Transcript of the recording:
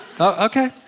okay